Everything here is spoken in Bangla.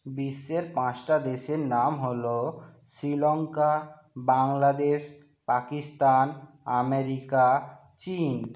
বিশ্বের পাঁচটা দেশের নাম হলো শ্রীলঙ্কা বাংলাদেশ পাকিস্তান আমেরিকা চিন